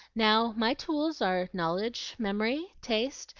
now, my tools are knowledge, memory, taste,